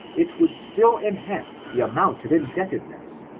it would still enhance the amount of indebtedness,